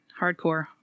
hardcore